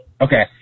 Okay